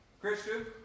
Christian